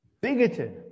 bigoted